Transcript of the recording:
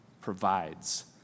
Provides